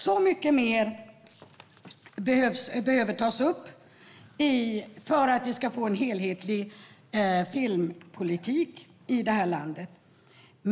Så mycket mer behöver tas upp för att vi ska få en helhetlig filmpolitik i det här landet.